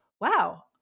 wow